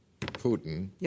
Putin